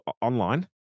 online